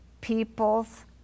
people's